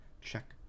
check